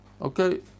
Okay